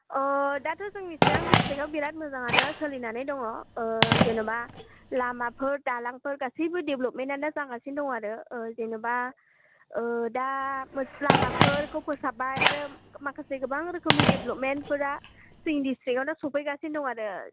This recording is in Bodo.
अ दाथ' जोंनि चिरां डिस्ट्रिकआव बिराद मोजाङानो सोलिनानै दङ जेनेबा लामाफोर दालांफोर गासैबो देभलपमेन्टआ जागासिनो दङ आरो जेनेबा दा लामाफोरखौ फोसाबबाय आरो माखासे गोबां रोखोमनि देभलपमेनफोरा जोंनि डिस्ट्रिकावनो सफैगासिनो दङ आरो